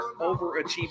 overachieving